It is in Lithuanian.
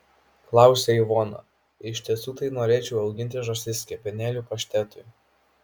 klausia ivona iš tiesų tai norėčiau auginti žąsis kepenėlių paštetui